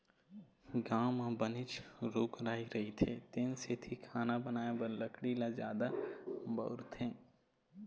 गाँव म बनेच रूख राई रहिथे तेन सेती खाना बनाए बर लकड़ी ल जादा बउरथे